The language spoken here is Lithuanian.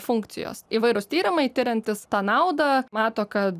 funkcijos įvairūs tyrimai tiriantys tą naudą mato kad